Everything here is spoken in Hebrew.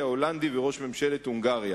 ושר החוץ ההולנדי וראש ממשלת הונגריה.